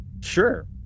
Sure